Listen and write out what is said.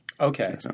Okay